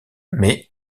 mais